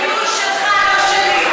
פושעי אוסלו זה ביטוי שלך, לא שלי.